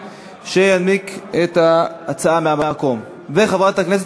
של חבר הכנסת